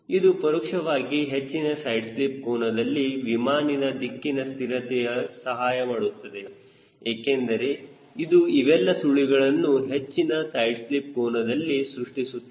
ಇದು ಪರೋಕ್ಷವಾಗಿ ಹೆಚ್ಚಿನ ಸೈಡ್ ಸ್ಲಿಪ್ ಕೋನದಲ್ಲಿ ವಿಮಾನಿನ ದಿಕ್ಕಿನ ಸ್ಥಿರತೆಗೆ ಸಹಾಯಮಾಡುತ್ತದೆ ಏಕೆಂದರೆ ಇದು ಇವೆಲ್ಲ ಸುಳಿಗಳನ್ನು ಹೆಚ್ಚಿನ ಸೈಡ್ ಸ್ಲಿಪ್ ಕೋನದಲ್ಲಿ ಸೃಷ್ಟಿಸುತ್ತದೆ